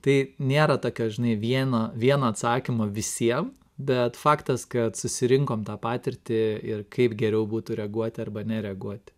tai nėra tokio žinai vieno vieno atsakymo visiem bet faktas kad susirinkom tą patirtį ir kaip geriau būtų reaguoti arba nereaguoti